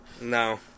No